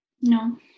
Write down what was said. No